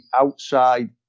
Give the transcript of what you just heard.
outside